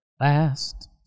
Last